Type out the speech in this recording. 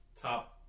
top